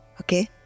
Okay